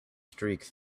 streak